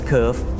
Curve